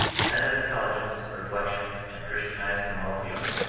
men of intelligence, reflection, and christianized moral feeling,